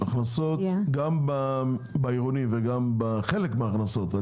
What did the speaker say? הכנסות גם בעירוני חלק מההכנסות.